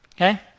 okay